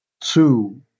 Two